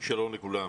שלום לכולם.